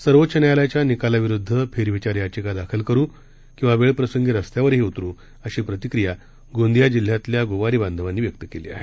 सर्वोच न्यायालयाच्या निकाला विरुद्ध री पिटिशन दाखल करू तर वेळ प्रसंगी रस्त्यावरही उतरू अशी प्रतिक्रिया गोंदिया जिल्यातल्या गोवारी बांधवानी व्यक्तं केली आहे